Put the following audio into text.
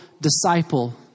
disciple